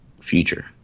future